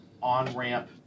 on-ramp